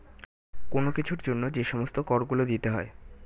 কোন কিছুর জন্য যে সমস্ত কর গুলো দিতে হয়